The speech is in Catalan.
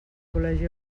col·legi